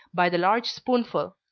by the large spoonful.